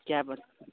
क्या ब